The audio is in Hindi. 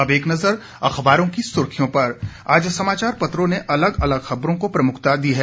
अब एक नज़र अखबारों की सुर्खियों पर आज समाचार पत्रों ने अलग अलग खबरों को प्रमुखता दी है